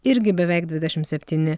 irgi beveik dvidešimt septyni